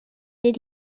did